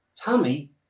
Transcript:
Tommy